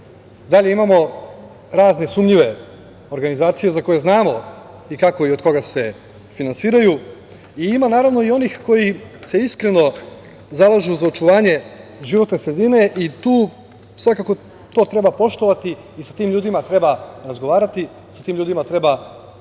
Dalje imamo razne sumnjive organizacije za koje znamo kako i od koga se finansiraju i ima, naravno, i onih koji se iskreno zalažu za očuvanje životne sredine i tu svakako to treba poštovati i sa tim ljudima treba razgovarati, sa tim ljudima treba sarađivati